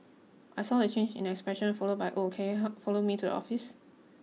I saw the change in expression followed by oh can you help follow me to office